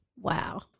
Wow